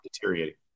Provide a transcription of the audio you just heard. deteriorating